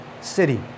city